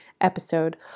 episode